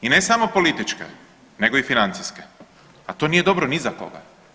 I ne samo političke nego i financijske, a to nije dobro ni za koga.